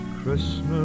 Christmas